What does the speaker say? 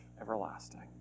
everlasting